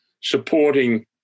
supporting